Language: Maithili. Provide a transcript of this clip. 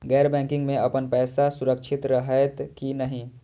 गैर बैकिंग में अपन पैसा सुरक्षित रहैत कि नहिं?